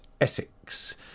Essex